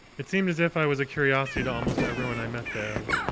it seemed as if i was a curiosity to almost everyone i met there.